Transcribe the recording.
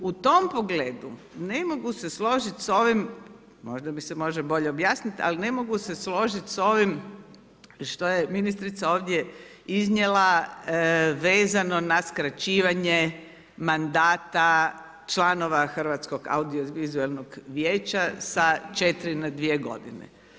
U tom pogledu ne mogu se složiti s ovim, možda mi se može bolje objasniti, ali ne mogu se složiti s ovim što je ministrica ovdje iznijela vezano na skraćivanje mandata članova Hrvatskog audio-vizualnog vijeća sa 4 na 2 godine.